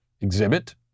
exhibit